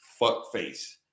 fuckface